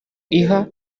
iha